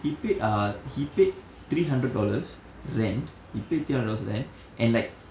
he paid ah he paid three hundred dollars rent he paid three hundred dollars rent and like